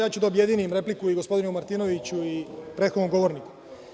Ja ću da objedinim repliku i gospodinu Martinoviću i prethodnom govorniku.